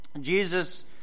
Jesus